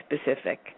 specific